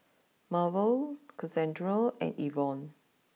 Marvel Cassandra and Yvonne